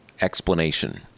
explanation